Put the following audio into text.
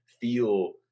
feel